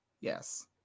Yes